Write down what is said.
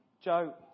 Joe